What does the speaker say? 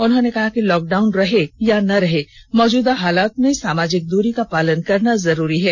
उन्होंने कहा कि लॉक डाउन रहे या न रहे मौजूदा हालात में सामाजिक दूरी का पालन करना जरूरी है